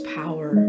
power